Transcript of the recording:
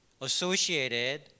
associated